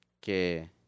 que